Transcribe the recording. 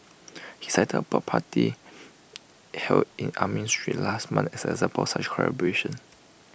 he cited A block party held in Armenian street last month as an example such collaboration